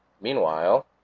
Meanwhile